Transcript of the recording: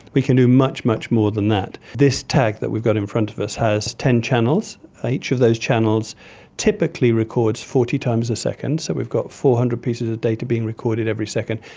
we can do much, much more than that. this tag that we've got in front of us has ten channels. each of those channels typically records forty times a second, so we've got four hundred pieces of data being recorded every second.